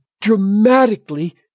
dramatically